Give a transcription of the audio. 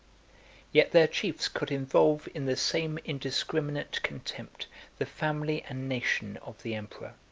yet their chiefs could involve in the same indiscriminate contempt the family and nation of the emperor.